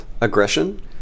aggression